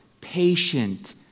patient